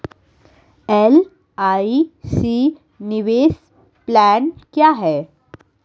LIC निवेश plan क्या है?